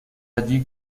allí